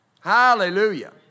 Hallelujah